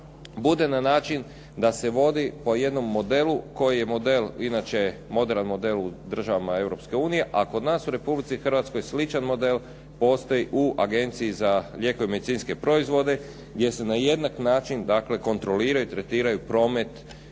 bude na način da se vodi po jednom modelu koji je model, inače moderan model u državama Europske unije, a kod nas u Republici Hrvatskoj sličan model postoji u Agenciji za lijekove i medicinske proizvode gdje se na jednak način kontroliraju i tretiraju promet